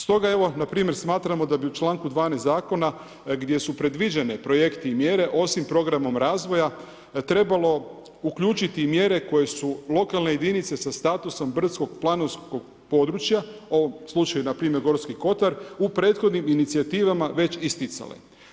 Stoga evo, npr. smatramo da bi u članku 12. zakona gdje su predviđeni projekti i mjere osim programom razvoja, trebalo uključiti mjere koje su lokalne jedinice sa statusom brdsko-planinskog područja, u ovom slučaju npr. Gorski kotar, u prethodnim inicijativama već isticale.